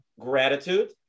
Gratitude